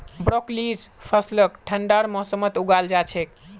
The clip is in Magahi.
ब्रोकलीर फसलक ठंडार मौसमत उगाल जा छेक